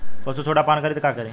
पशु सोडा पान करी त का करी?